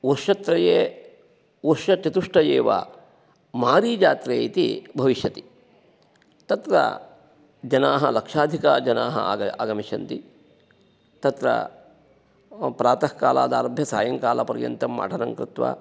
वर्षत्रये वर्षचतुष्टये वा मारीजात्रे इति भविष्यति तत्र जनाः लक्षाधिकाः जनाः आगमिष्यन्ति तत्र प्रातःकालादारभ्य सायङ्कालपर्यन्तम् अटनङ्कृत्वा